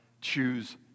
choose